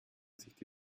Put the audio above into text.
sich